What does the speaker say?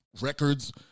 records